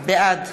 בעד